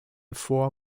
four